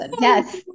Yes